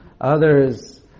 Others